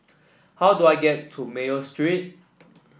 how do I get to Mayo Street